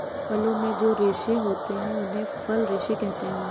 फलों में जो रेशे होते हैं उन्हें फल रेशे कहते है